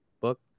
book